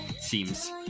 seems